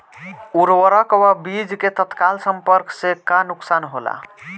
उर्वरक व बीज के तत्काल संपर्क से का नुकसान होला?